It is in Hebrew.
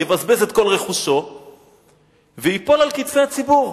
יבזבז את כל רכושו וייפול על כתפי הציבור.